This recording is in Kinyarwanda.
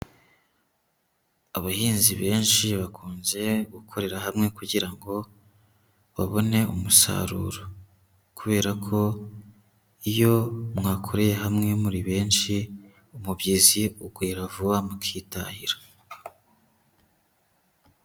Abahinzi benshi bakunze gukorera hamwe kugira ngo babone umusaruro, kubera ko iyo mwakoreye hamwe muri benshi, umubyizi ugwira vuba mukitahira.